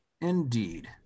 Indeed